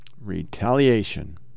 Retaliation